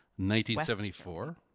1974